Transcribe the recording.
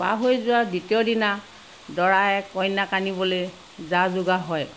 পাৰ হৈ যোৱা দ্বিতীয়দিনা দৰাই কইনাক আনিবলৈ যা যোগাৰ হয়